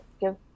give